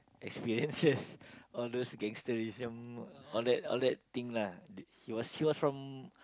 experiences all those gangsterism all that all that thing lah he was he was from